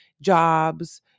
jobs